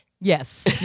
Yes